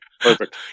perfect